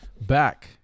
Back